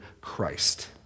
Christ